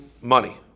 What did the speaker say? money